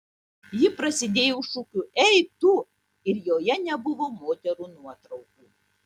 ji prasidėjo šūkiu ei tu ir joje nebuvo moterų nuotraukų